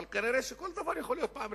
אבל כנראה לכל דבר יכולה להיות פעם ראשונה.